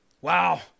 Wow